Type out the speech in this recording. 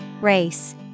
Race